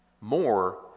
more